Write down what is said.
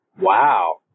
wow